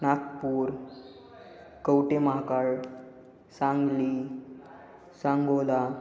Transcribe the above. Nagpur Kavathe Mahakal Sangli Sangola